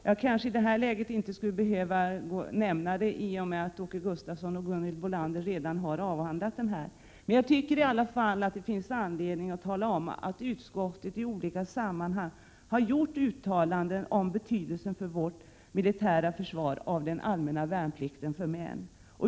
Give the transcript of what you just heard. Jag kanske i det här läget inte skulle behöva nämna den frågan, i och med att Åke Gustavsson och Gunhild Bolander redan har berört den, men jag tycker i alla fall att det finns anledning att påminna om att utskottet i olika sammanhang har gjort uttalanden om betydelsen för vårt militära försvar av den allmänna värnplikten för män.